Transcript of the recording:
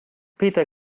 peter